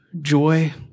joy